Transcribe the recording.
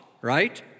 right